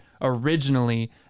originally